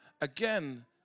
Again